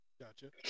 Gotcha